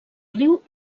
riu